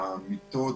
המיטות